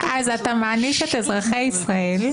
אז אתה מעניש את אזרחי ישראל,